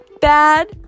bad